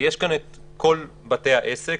יש כאן את כל בתי העסק.